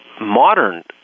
modern